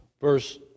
verse